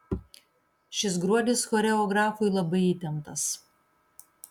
šis gruodis choreografui labai įtemptas